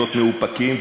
להיות מאופקים,